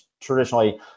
traditionally